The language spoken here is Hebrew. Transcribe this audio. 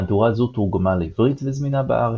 מהדורה זו תורגמה לעברית וזמינה בארץ.